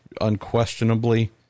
unquestionably